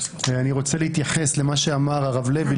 אני רוצה להתייחס למה שאמר הרב לוי,